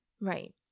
Right